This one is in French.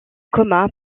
coma